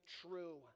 True